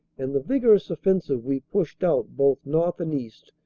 and the vigorous offen sive we pushed out both north and east,